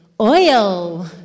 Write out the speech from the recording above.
Oil